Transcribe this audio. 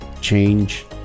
change